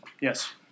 Yes